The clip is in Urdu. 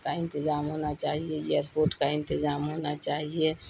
کا انتظام ہونا چاہیے ایئرپوٹ کا انتظام ہونا چاہیے